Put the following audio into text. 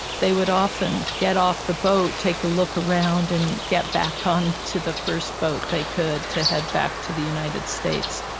they would often get off the boat, take a look around and get back on to the first boat they could to head back to the united states.